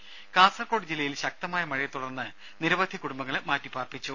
രുഭ കാസർകോട് ജില്ലയിൽ ശക്തമായ മഴയെ തുടർന്ന് നിരവധി കുടുംബങ്ങളെ മാറ്റിപ്പാർപ്പിച്ചു